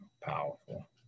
Powerful